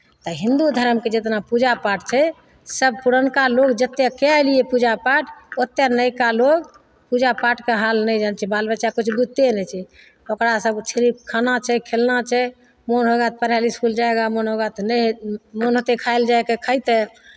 तऽ हिंदू धरमके जितना पूजा पाठ छै सभ पुरनका लोग जतेक कए एलियै पूजा पाठ ओतेक नयका लोग पूजा पाठके हाल नहि जानै छै बाल बच्चा किछु बुझिते नहि छै ओकरा सभके सिर्फ खाना छै खेलना छै मोन होगा तऽ पढ़य लेल इसकुल जाएगा मोन होगा तऽ नहि मोन होतै खाय लेल जाइके खयतै